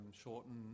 Shorten